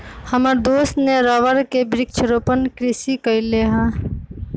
हमर दोस्त ने रबर के वृक्षारोपण कृषि कईले हई